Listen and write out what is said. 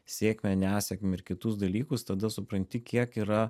sėkmę nesėkmę ir kitus dalykus tada supranti kiek yra